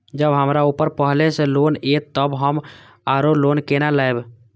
जब हमरा ऊपर पहले से लोन ये तब हम आरो लोन केना लैब?